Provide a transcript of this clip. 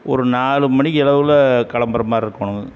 ஒரு நாலு மணிக்கு அளவில் கிளம்புற மாதிரி இருக்கணும்